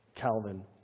Calvin